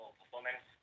performance